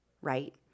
right